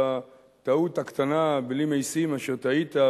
לטעות הקטנה בלי משים אשר טעית,